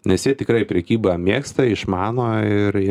nes jie tikrai prekybą mėgsta išmano ir